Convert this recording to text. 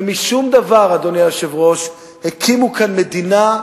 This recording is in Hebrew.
ומשום דבר, אדוני היושב-ראש, הקימו כאן מדינה,